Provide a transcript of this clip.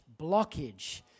blockage